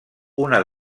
una